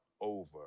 over